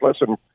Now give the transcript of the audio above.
listen